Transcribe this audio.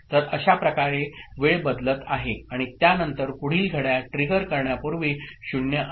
तर अशाप्रकारे वेळ बदलत आहे आणि त्यानंतर पुढील घड्याळ ट्रिगर करण्यापूर्वी 0 आहे